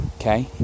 okay